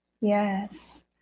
yes